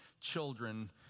children